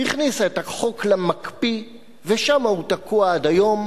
והכניסה את החוק למקפיא ושם הוא תקוע עד היום.